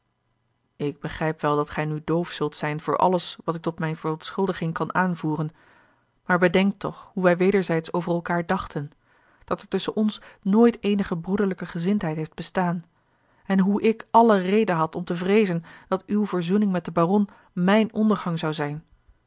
ik begrijp wel dat gij nu doof zult zijn voor alles wat ik tot mijne verontschuldiging kan aanvoeren maar bedenk toch hoe wij wederzijds over elkaâr dachten dat er tusschen ons nooit eenige broederlijke gezindheid heeft bestaan en hoe ik alle reden had om te vreezen dat uwe verzoening met den baron mijn ondergang zou zijn